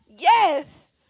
Yes